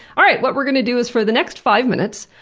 alright, what we're going to do is, for the next five minutes,